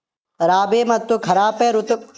ರಾಬಿ ಮತ್ತು ಖಾರೇಫ್ ಋತುಗಳ ನಡುವೆ ಬರುವ ಋತು ಯಾವುದು?